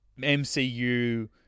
MCU